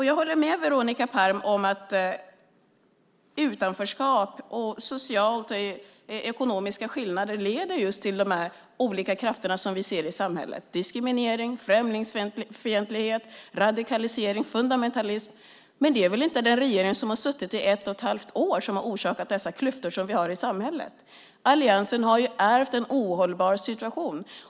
Jag håller med Veronica Palm om att utanförskap samt sociala och ekonomiska skillnader skapar dessa olika krafter som vi ser i samhället, det vill säga diskriminering, främlingsfientlighet, radikalisering, fundamentalism. Men det är väl inte den regering som har suttit i ett och ett halvt år som har orsakat dessa klyftor i samhället? Alliansen har ärvt en ohållbar situation.